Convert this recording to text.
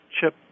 chip